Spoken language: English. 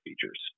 features